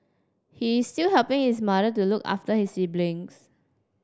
he is still helping his mother to look after his siblings